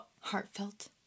Heartfelt